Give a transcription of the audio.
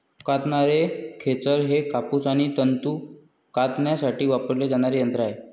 कातणारे खेचर हे कापूस आणि तंतू कातण्यासाठी वापरले जाणारे यंत्र आहे